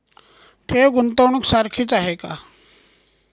ठेव, गुंतवणूक सारखीच आहे का?